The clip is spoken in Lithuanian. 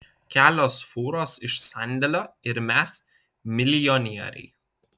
kelios fūros iš sandėlio ir mes milijonieriai